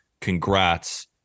Congrats